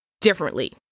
differently